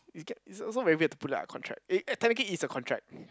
you get it's also very weird to put it like a contract eh technically it's a contract